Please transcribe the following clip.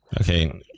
Okay